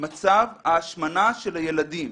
מצב ההשמנה של הילדים?